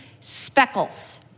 speckles